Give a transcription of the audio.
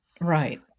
Right